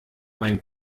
mein